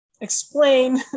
Explain